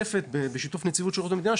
בשיתוף נציבות שירות המדינה,